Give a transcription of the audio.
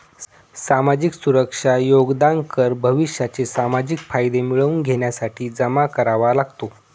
सामाजिक सुरक्षा योगदान कर भविष्याचे सामाजिक फायदे मिळवून घेण्यासाठी जमा करावा लागतो